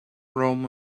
rome